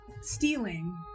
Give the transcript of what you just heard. stealing